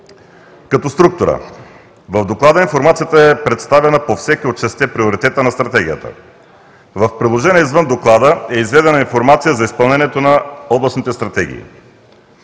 Като структура: в Доклада информацията е представена по всеки от шестте приоритета на стратегията. В приложение извън Доклада е изведена информация за изпълнението на областните стратегии.